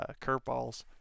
curveballs